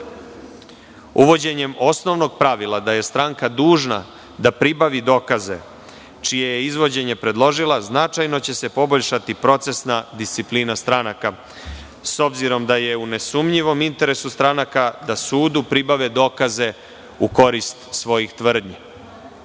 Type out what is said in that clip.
ročištima. Uvođenjem osnovnog pravila, da je stranka dužna da pribavi dokaze, čije je izvođenje predložila, značajno će se poboljšati procesna disciplina stranaka, s obzirom da je u nesumnjivom interesu stranaka da sudu pribave dokaze u korist svojih tvrdnji.